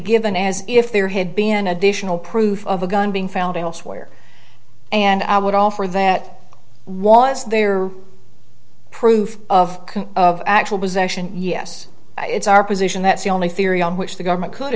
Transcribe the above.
given as if there had been additional proof of a gun being found elsewhere and i would offer that once there proof of of actual possession yes it's our position that's the only theory on which the government could